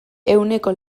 ehuneko